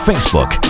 Facebook